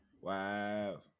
Wow